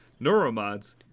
Neuromods